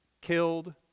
killed